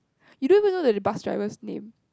you don't even know the bus driver's name